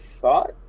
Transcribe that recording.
thought